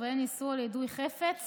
ובהן איסור על יידוי חפץ